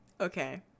Okay